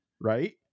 Right